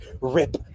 Rip